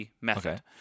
method